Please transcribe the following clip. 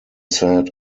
said